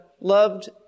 loved